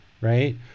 right